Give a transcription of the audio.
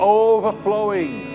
overflowing